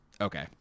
okay